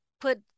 put